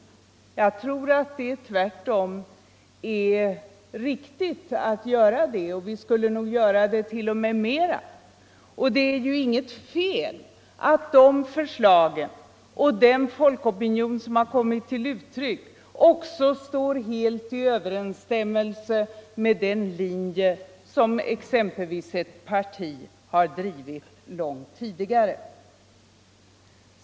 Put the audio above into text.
Jag tror tvärtom att det är riktigt att göra så, och vi borde nog t.o.m. göra det mera ofta. Det kan inte vara något fel att de förslag och den folkopinion som har kommit till uttryck helt står i överensstämmelse med exempelvis den linje som ett parti har drivit långt tidigare.